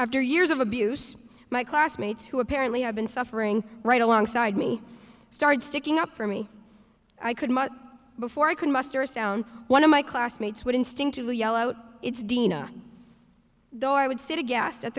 after years of abuse my classmates who apparently have been suffering right alongside me started sticking up for me i could before i could muster a sound one of my classmates would instinctively yell out it's dina though i would sit a guest at